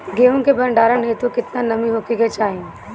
गेहूं के भंडारन हेतू कितना नमी होखे के चाहि?